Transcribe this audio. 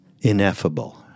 ineffable